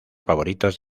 favoritos